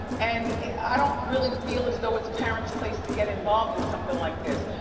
and i don't really feel as though it's a parent's place to get involved in somethin' like this.